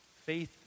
faith